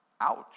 Ouch